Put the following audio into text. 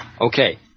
okay